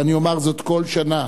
ואני אומר זאת כל שנה,